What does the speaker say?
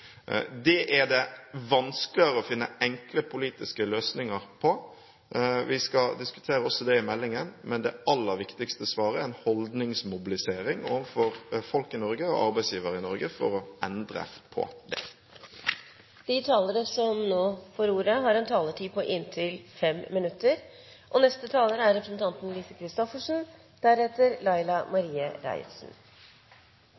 Det er det vanskeligere å finne enkle politiske løsninger på. Vi skal diskutere også det i meldingen, men det aller viktigste svaret er en holdningsmobilisering overfor folk og arbeidsgivere i Norge for å endre på det. Opposisjonen beskylder ofte oss i flertallet for å ignorere gode mindretallsforslag. Jeg kunne tenke meg å bidra med en